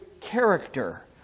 character